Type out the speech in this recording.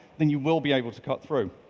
then you will be able to cut through.